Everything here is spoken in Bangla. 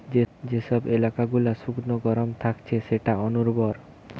যে সব এলাকা গুলা শুকনো গরম থাকছে সেটা অনুর্বর